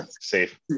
safe